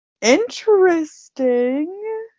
interesting